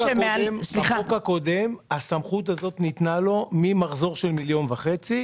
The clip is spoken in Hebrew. בחוק הקודם הסמכות הזאת ניתנה לו ממחזור של 1.5 מיליון שקל.